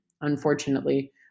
unfortunately